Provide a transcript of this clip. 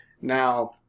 Now